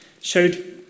showed